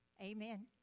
amen